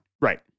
Right